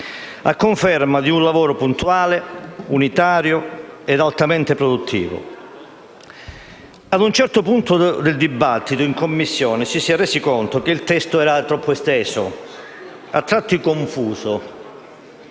a conferma di un lavoro puntuale, unitario ed altamente produttivo. Ad un certo punto del dibattito, in Commissione ci si è resi conto che il testo era troppo esteso, a tratti confuso,